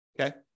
Okay